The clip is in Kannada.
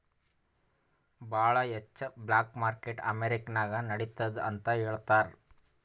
ಭಾಳ ಹೆಚ್ಚ ಬ್ಲ್ಯಾಕ್ ಮಾರ್ಕೆಟ್ ಅಮೆರಿಕಾ ನಾಗ್ ನಡಿತ್ತುದ್ ಅಂತ್ ಹೇಳ್ತಾರ್